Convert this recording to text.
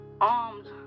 arms